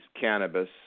cannabis